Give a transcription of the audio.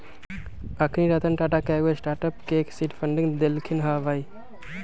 अखनी रतन टाटा कयगो स्टार्टअप के सीड फंडिंग देलखिन्ह हबे